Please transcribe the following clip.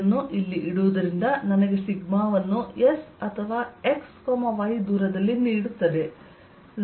ಇದನ್ನು ಇಲ್ಲಿ ಇಡುವುದರಿಂದ ನನಗೆ ಸಿಗ್ಮಾ ವನ್ನು s ಅಥವಾ xy ದೂರದಲ್ಲಿ ನೀಡುತ್ತದೆ